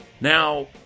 Now